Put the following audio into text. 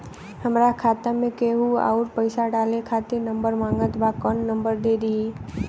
हमार खाता मे केहु आउर पैसा डाले खातिर नंबर मांगत् बा कौन नंबर दे दिही?